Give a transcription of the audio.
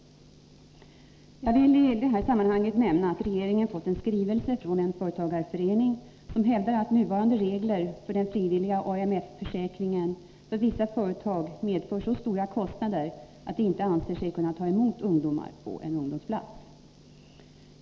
Jag vill i detta sammanhang nämna att regeringen fått en skrivelse från en företagarförening, som hävdar att nuvarande regler för den frivilliga AMF-försäkringen för vissa företag medför så stora kostnader att de inte anser sig kunna ta emot ungdomar på en ungdomsplats.